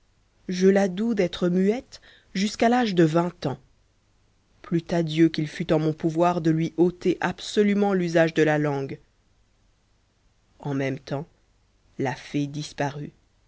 je la doue d'être muette jusqu'à l'âge de vingt ans plût à dieu qu'il fût en mon pouvoir de lui ôter absolument l'usage de la langue en même temps la fée disparut